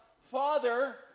Father